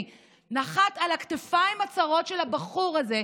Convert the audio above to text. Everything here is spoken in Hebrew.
נחתה על הכתפיים הצרות של הבחור הזה,